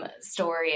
story